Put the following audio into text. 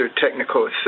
technical